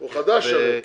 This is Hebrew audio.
הוא חדש הרי.